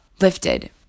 lifted